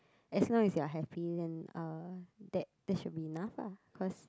as long as you're happy then uh that that should be enough lah cause